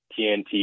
TNT